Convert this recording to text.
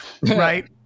Right